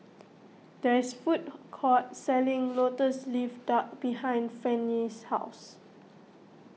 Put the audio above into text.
there is a food court selling Lotus Leaf Duck behind Fannye's house